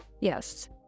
Yes